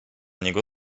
niego